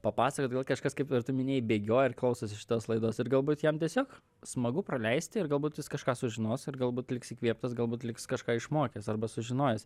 papasakot gal kažkas kaip ir tu minėjai bėgioja ir klausosi šitos laidos ir galbūt jam tiesiog smagu praleisti ir galbūt jis kažką sužinos ir galbūt liks įkvėptas galbūt liks kažką išmokęs arba sužinojęs